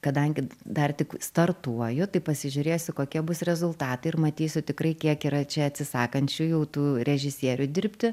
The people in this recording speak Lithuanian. kadangi dar tik startuoju tai pasižiūrėsiu kokie bus rezultatai ir matysiu tikrai kiek yra čia atsisakančių jau tų režisierių dirbti